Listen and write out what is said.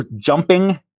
Jumping